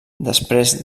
després